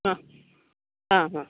ಹಾಂ ಹಾಂ ಹಾಂ